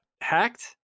hacked